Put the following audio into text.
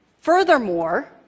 Furthermore